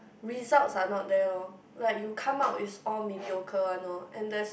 result are not there loh like you come out is all mediocre one loh and that's